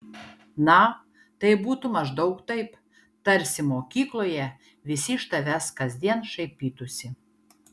na tai būtų maždaug taip tarsi mokykloje visi iš tavęs kasdien šaipytųsi